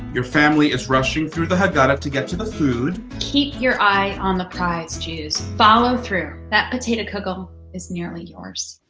your family is rushing through the haggadah to get to the food. keep your eye on the prize, jews. follow through, that potato kugel is nearly yours.